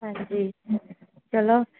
ਹਾਂਜੀ ਚਲੋ